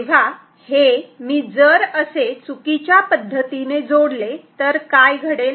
तेव्हा हे मी जर असे चुकीच्या पद्धतीने जोडले तर काय घडेल